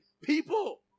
People